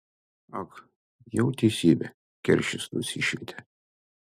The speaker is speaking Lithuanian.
ag jau teisybė keršis nusišvietė